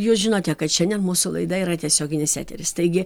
jūs žinote kad šiandien mūsų laida yra tiesioginis eteris taigi